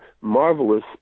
marvelous